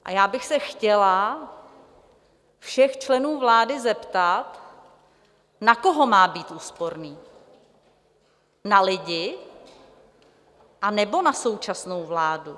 A já bych se chtěla všech členů vlády zeptat, na koho má být úsporný, na lidi, anebo na současnou vládu?